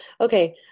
Okay